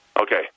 Okay